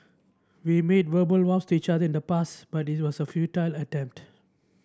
we made verbal vows to each other in the past but it was a futile attempt